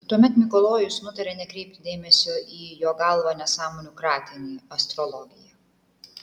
tuomet mikalojus nutarė nekreipti dėmesio į jo galva nesąmonių kratinį astrologiją